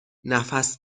نفس